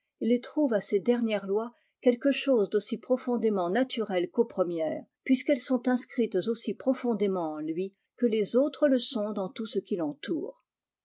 il trouve à ces dernières lois quelque chose d'aussi profondément naturel qu'aux premières puisqu'elles sont inscrites aussi profondément en lui que les autres le sont dans tout ce qui l'entoure